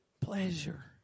pleasure